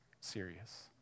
serious